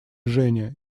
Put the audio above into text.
женя